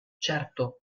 certo